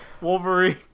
Wolverine